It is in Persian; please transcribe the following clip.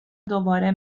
دوباره